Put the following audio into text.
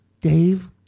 Dave